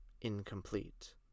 incomplete